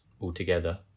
altogether